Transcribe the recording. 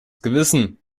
gewissen